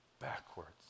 backwards